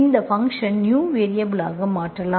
இந்த function new variable ஆக மாற்றலாம்